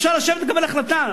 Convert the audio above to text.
אפשר לשבת ולקבל החלטה.